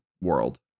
world